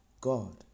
God